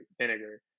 vinegar